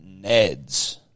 Neds